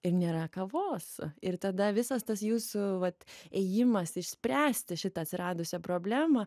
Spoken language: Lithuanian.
ir nėra kavos ir tada visas tas jūsų vat ėjimas išspręsti šitą atsiradusią problemą